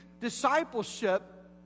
discipleship